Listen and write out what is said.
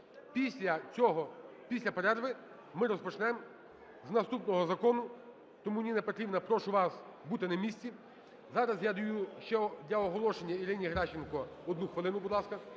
після перерви ми розпочнемо з наступного закону. Тому, Ніна Петрівна, прошу вас бути на місці. Зараз я даю ще для оголошення Ірині Геращенко одну хвилину. Будь ласка.